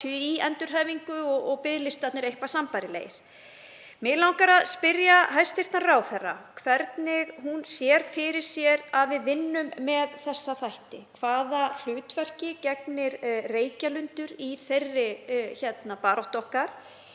í endurhæfingu og biðlistarnir eitthvað sambærilegir. Mig langar að spyrja hæstv. ráðherra hvernig hún sér fyrir sér að við vinnum með þessa þætti. Hvaða hlutverki gegnir Reykjalundur í þeirri baráttu okkar?